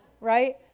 right